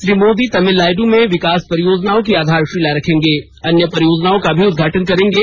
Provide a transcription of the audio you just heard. श्री मोदी तमिलानाडू में विकास परियोजनाओं की आधारशिला रखेंगे अन्य परियोजनाओं का उद्घाटन भी करेंगे